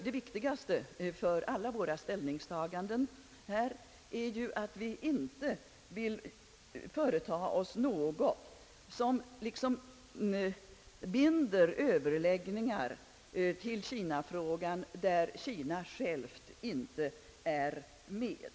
Det viktigaste i alla våra ställningstaganden är nämligen, att vi inte vill företa oss något som binder överläggningar om kinafrågan, när Kina självt inte är med.